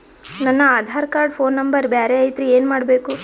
ನನ Aadhaar card phone number ಬ್ಯಾರೆ ಐತ್ರಿ ಏನ ಮಾಡಬೇಕು?